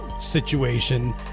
situation